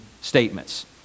statements